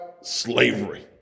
slavery